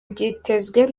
byitezwe